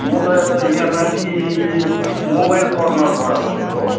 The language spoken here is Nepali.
म त यहाँ माथि मोबाइल कर्नरबाट बोलेको